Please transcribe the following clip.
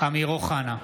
אמיר אוחנה,